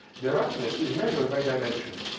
the roughness is measured by dimension.